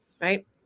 right